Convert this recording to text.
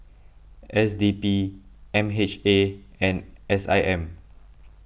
S D P M H A and S I M